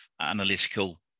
analytical